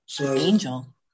Angel